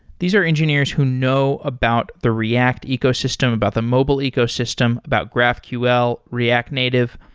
these are engineers who know about the react ecosystem, about the mobile ecosystem, about graphql, react native.